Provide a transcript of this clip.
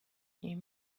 you